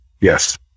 Yes